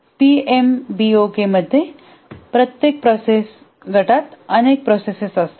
पीएमबीओकेमध्ये प्रत्येक प्रोसेस गटात अनेक प्रोसेस असतात